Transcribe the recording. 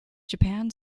japan